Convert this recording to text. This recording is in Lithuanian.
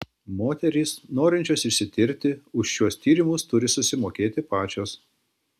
moterys norinčios išsitirti už šiuo tyrimus turi susimokėti pačios